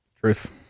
Truth